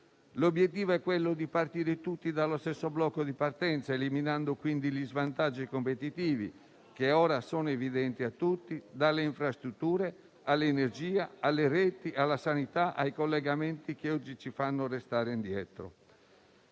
L'obiettivo è quello di partire tutti dallo stesso blocco di partenza, eliminando quindi gli svantaggi competitivi che ora sono evidenti a tutti, dalle infrastrutture all'energia, alle reti, alla sanità e ai collegamenti che oggi ci fanno restare indietro.